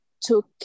took